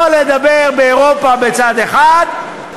לא לדבר באירופה בצד אחד,